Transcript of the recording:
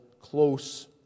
close